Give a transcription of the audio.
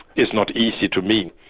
is not easy to mean.